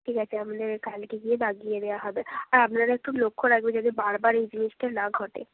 ঠিক আছে আপনাদের কালকে গিয়ে বাগিয়ে দেওয়া হবে আর আপনারা একটু লক্ষ্য রাখবেন যাতে বারবার এই জিনিসটা না ঘটে